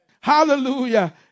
Hallelujah